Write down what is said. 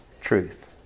truth